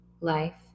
life